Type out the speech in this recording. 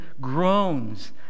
groans